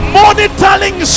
monitoring